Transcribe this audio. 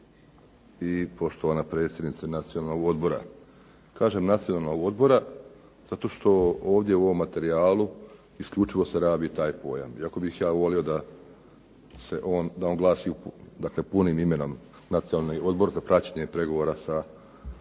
i poštovana predsjednice Nacionalnog odbora. Kažem Nacionalnog odbora, zato što u ovom materijalu isključivo se rabi taj pojam, iako bih ja volio da on glasi punim imenom Nacionalni odbor za praćenje pregovora za